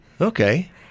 Okay